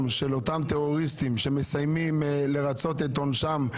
של אותם טרוריסטים שמסיימים לרצות את עונשם בישראל